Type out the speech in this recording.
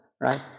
right